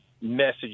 message